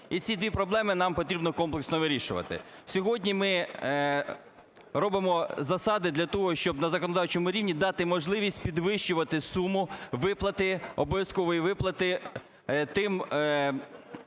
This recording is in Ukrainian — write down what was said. І ці дві проблеми нам потрібно комплексно вирішувати. Сьогодні ми робимо засади для того, щоб на законодавчому рівні дати можливість підвищувати суму виплати, обов'язкової виплати тим